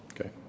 Okay